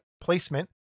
placement